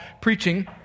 preaching